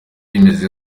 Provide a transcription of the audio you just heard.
bimeze